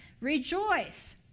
rejoice